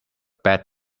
bad